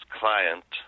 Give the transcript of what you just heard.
client